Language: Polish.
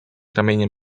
ramieniem